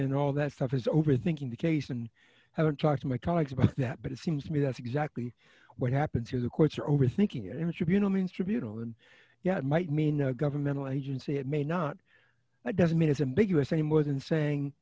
and all that stuff is overthinking the case and i haven't talked to my colleagues about that but it seems to me that's exactly what happened here the courts are over thinking it was tribunal means tribunal and yeah it might mean a governmental agency it may not that doesn't mean it's a big u s any more than saying